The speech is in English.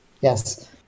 Yes